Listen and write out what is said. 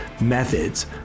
methods